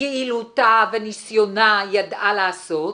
יעילותה וניסיונה ידעה לעשות,